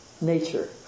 nature